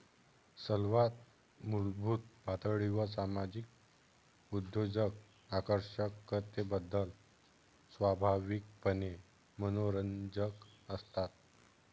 सर्वात मूलभूत पातळीवर सामाजिक उद्योजक आकर्षकतेबद्दल स्वाभाविकपणे मनोरंजक असतात